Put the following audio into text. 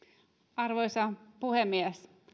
arvoisa puhemies